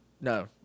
No